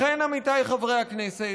לכן, עמיתיי חברי הכנסת,